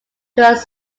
was